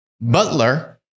Butler